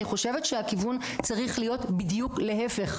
אני חושבת שהכיוון צריך להיות בדיוק להיפך.